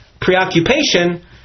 preoccupation